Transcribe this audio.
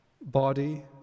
body